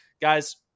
Guys